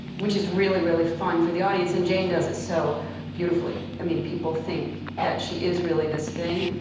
which is really, really fun for the audience. and jane does it so beautifully. i mean, people think that she is really this thing.